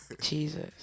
Jesus